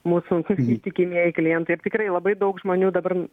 mūsų ištikimieji klientai ir tikrai labai daug žmonių dabar